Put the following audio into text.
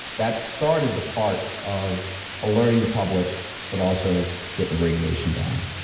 that started the part of alerting the public but also getting the radiation down